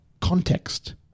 context